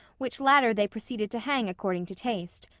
which latter they proceeded to hang according to taste,